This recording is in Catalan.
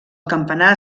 campanar